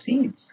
seeds